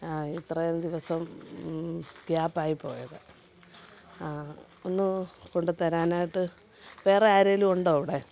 ഇത്രയും ദിവസം ഗ്യാപ് ആയി പോയത് അ ഒന്നു കൊണ്ടു തരാനായിട്ടു വേറെ ആരെങ്കിലും ഉണ്ടോ അവിടെ